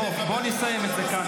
בואו נסיים את זה כאן.